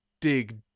dig